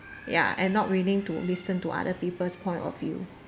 ya and not willing to listen to other people's point of view